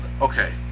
Okay